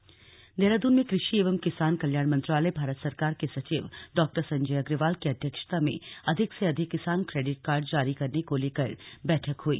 किसान credit card Dehradun में कृषि एवं किसान कल्याण मंत्रालय भारत सरकार के सचिव डॉ संजय अग्रवाल की अध्यक्षता में अधिक से अधिक किसान क्रेडिट कार्ड जारी करने को लेकर बैठक हुई